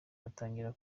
batangira